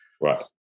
Right